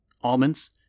almonds